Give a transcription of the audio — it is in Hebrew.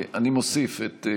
סעיפים 1